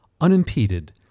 unimpeded